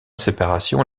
séparation